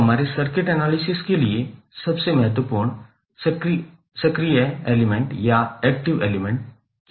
तो हमारे circuit analysis के लिए सबसे महत्वपूर्ण सक्रिय एलिमेंट क्या हैं